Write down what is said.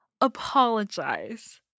apologize